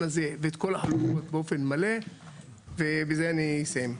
הזה ואת כל החלופות באופן מלא ובזה אני אסיים.